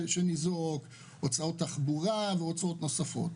הוצאות תחבורה והוצאות נוספות.